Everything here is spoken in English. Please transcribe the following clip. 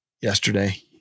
yesterday